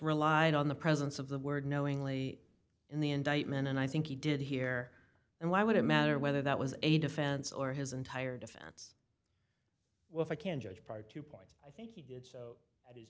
relied on the presence of the word knowingly in the indictment and i think he did here and why would it matter whether that was a defense or his entire defense well if i can judge prior to point i think he did so